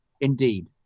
Indeed